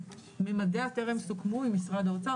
מימדיה טרם סוכמו עם משרד האוצר,